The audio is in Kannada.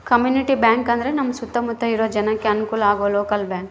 ಕಮ್ಯುನಿಟಿ ಬ್ಯಾಂಕ್ ಅಂದ್ರ ನಮ್ ಸುತ್ತ ಮುತ್ತ ಇರೋ ಜನಕ್ಕೆ ಅನುಕಲ ಆಗೋ ಲೋಕಲ್ ಬ್ಯಾಂಕ್